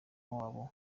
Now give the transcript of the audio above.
wabo